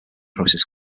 process